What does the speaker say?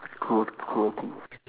cruel cruelty